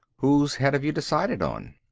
whose head have you decided on?